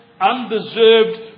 undeserved